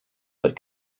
but